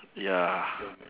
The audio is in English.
ya